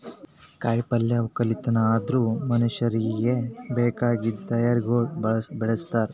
ಕಾಯಿ ಪಲ್ಯದ್ ಒಕ್ಕಲತನ ಅಂದುರ್ ಮನುಷ್ಯರಿಗಿ ಬೇಕಾಗಿದ್ ತರಕಾರಿಗೊಳ್ ಬೆಳುಸ್ತಾರ್